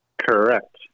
Correct